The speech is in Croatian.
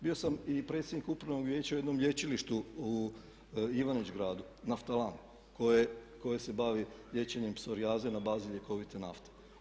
Bio sam i predsjednik upravnog vijeća u jednom lječilištu u Ivanić-Gradu, NAFTALAN koje se bavi liječenjem psorijaze na bazi ljekovite nafte.